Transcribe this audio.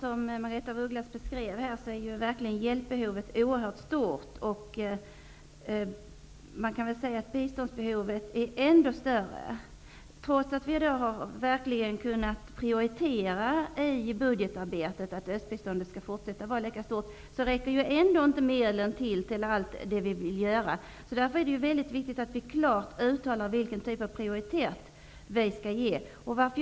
Herr talman! Som Margaretha af Ugglas sade är ju verkligen hjälpbehovet oerhört stort. Biståndsbehovet är ännu större. Trots att vi har kunnat prioritera östbiståndet i budgetarbetet, så att det skall fortsätta att vara lika stort, räcker medlen ändå inte till för allt det som vi vill göra. Därför är det väldigt viktigt att vi klart uttalar vilken typ av prioritering som skall göras.